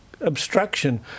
obstruction